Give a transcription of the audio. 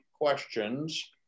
questions